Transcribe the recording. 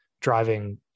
driving